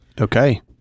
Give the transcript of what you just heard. Okay